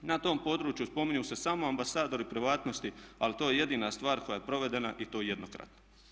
Na tom području spominju se samo ambasadori privatnosti ali to je jedina stvar koja je provedena i to jednokratno.